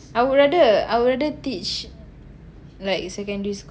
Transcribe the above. I would rather I would rather teach like secondary school